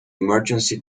emergency